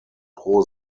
pro